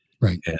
Right